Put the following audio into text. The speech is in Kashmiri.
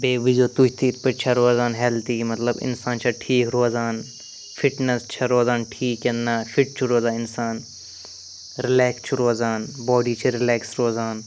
بیٚیہِ وُچھزیٛو تُہۍ تہِ یِتھ پٲٹھۍ چھا روزان ہیٚلدی مطلب اِنسان چھا ٹھیٖک روزان فِٹنیٚس چھا روزان ٹھیٖک کِنہٕ نہٕ فِٹ چھُ روزان اِنسان رِلیک چھِ روزان باڈی چھِ رِلیکٕس روزان